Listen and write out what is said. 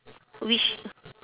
wish